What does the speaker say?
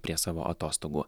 prie savo atostogų